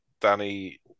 Danny